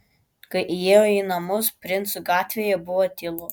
kai įėjo į namus princų gatvėje buvo tylu